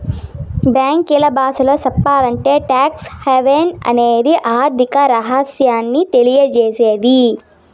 బ్యాంకీల బాసలో సెప్పాలంటే టాక్స్ హావెన్ అనేది ఆర్థిక రహస్యాన్ని తెలియసేత్తది